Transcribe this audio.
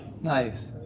Nice